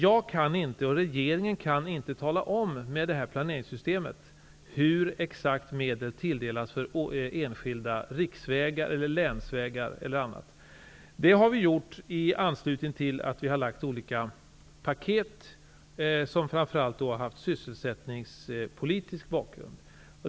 Varken jag eller regeringen i övrigt kan med det här planeringssystemet tala om exakt hur medel tilldelas för enskilda riksvägar, länsvägar o.d. Det har vi gjort i anslutning till olika paket, som framför allt haft sysselsättningspolitisk bakgrund.